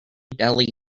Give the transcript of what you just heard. deli